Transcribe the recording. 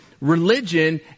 religion